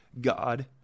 God